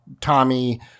Tommy